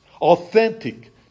Authentic